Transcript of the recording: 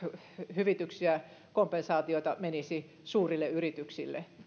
hyvityksiä kompensaatiota menisi suurille yrityksille